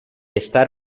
estar